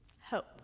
hope